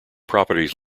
properties